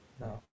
No